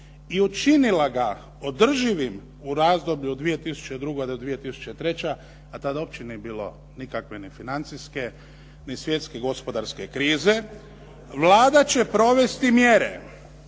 i učinila ga održivim u razdoblju od 2002. do 2003. a tada uopće nije bilo nikakve financijske, ni svjetske gospodarske krize, Vlada će provesti mjere